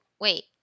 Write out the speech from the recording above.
Wait